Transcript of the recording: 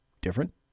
different